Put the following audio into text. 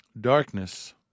Darkness